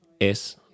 es